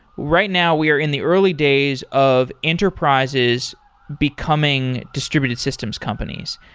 right now we are in the early days of enterprises becoming distributed systems companies.